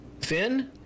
Finn